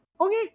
okay